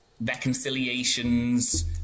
reconciliations